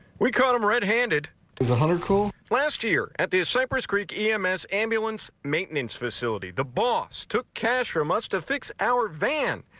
we caught him red-handed two hundred cool last year at the cypress creek ems ambulance maintenance facility. the boss took cash from us to fix our van.